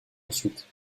ensuite